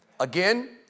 Again